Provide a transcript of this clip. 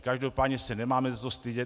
Každopádně se nemáme za co stydět.